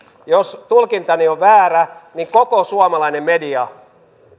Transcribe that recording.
jos tulkintani on väärä niin koko suomalainen media